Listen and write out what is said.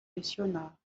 missionar